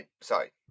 Sorry